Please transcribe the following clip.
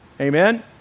Amen